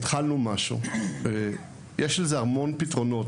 התחלנו משהו ויש לזה המון פתרונות.